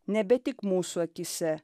nebe tik mūsų akyse